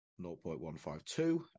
0.152